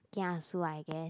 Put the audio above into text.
kiasu I guess